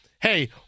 hey